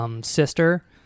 sister